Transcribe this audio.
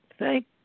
Thank